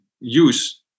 use